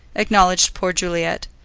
acknowledged poor juliet.